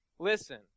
Listen